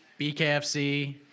BKFC